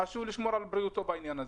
חשוב לשמור על בריאותו בעניין הזה.